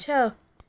छह